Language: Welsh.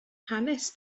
hanes